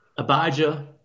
Abijah